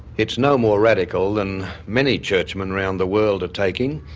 it's no more radical than many churchmen around the world are taking.